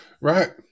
Right